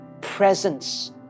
presence